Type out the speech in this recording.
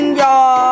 y'all